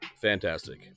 fantastic